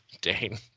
Dane